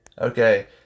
Okay